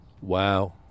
Wow